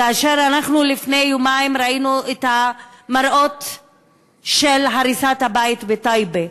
כאשר אנחנו לפני יומיים ראינו את המראות של הריסת הבית בטייבה,